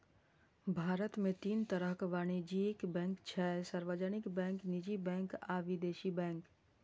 भारत मे तीन तरहक वाणिज्यिक बैंक छै, सार्वजनिक बैंक, निजी बैंक आ विदेशी बैंक